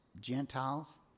Gentiles